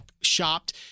shopped